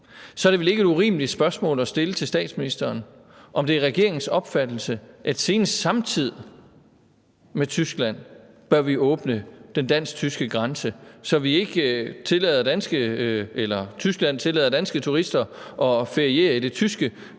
er det vel ikke et urimeligt spørgsmål at stille til statsministeren, om det er regeringens opfattelse, at senest samtidig med Tyskland bør vi åbne den dansk-tyske grænse, så Tyskland ikke tillader danske turister at feriere i det tyske, mens